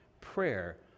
prayer